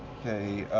okay.